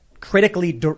critically